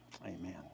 Amen